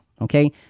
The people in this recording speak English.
Okay